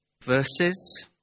verses